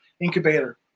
Incubator